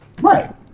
Right